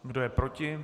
Kdo je proti?